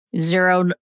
zero